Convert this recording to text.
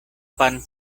pan